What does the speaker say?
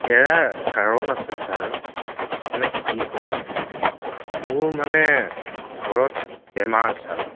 এৰাৰ কাৰণ আছে ছাৰ মানে কি ক'ম মোৰ মানে ঘৰত বেমাৰ ছাৰ